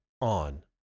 on